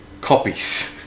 copies